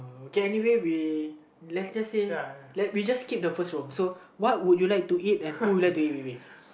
okay anyway we let's just say let we just keep the first row what would you like to eat and who you like to eat it with